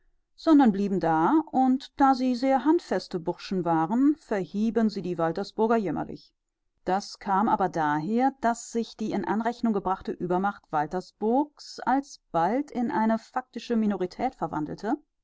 sondern blieben da und da sie sehr handfeste burschen waren verhieben sie die waltersburger jämmerlich das kam aber daher daß sich die in anrechnung gebrachte übermacht waltersburgs alsbald in eine faktische minorität verwandelte